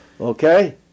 Okay